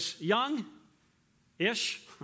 young-ish